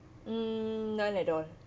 mm none at all